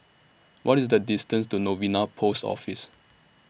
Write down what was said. What IS The distance to Novena Post Office